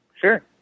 Sure